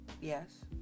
Yes